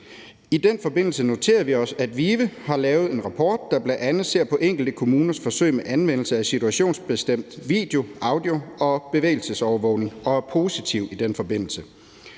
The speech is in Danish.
I den forbindelse noterer vi os, at VIVE har lavet en rapport, der bl.a. ser på enkelte kommuners forsøg med anvendelse af situationsbestemt video-, audio- og bevægelsesovervågning, og er positive i den forbindelse.